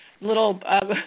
little